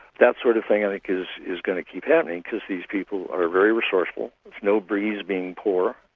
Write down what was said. that sort of thing i think is is going to keep happening, because these people are very resourceful. it's no breeze being poor,